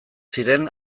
ziren